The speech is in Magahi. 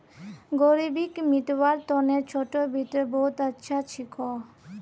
ग़रीबीक मितव्वार तने छोटो वित्त बहुत अच्छा छिको